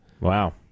Wow